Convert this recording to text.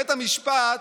בית המשפט,